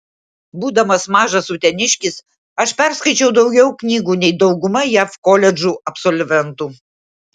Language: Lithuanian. būdamas mažas uteniškis aš perskaičiau daugiau knygų nei dauguma jav koledžų absolventų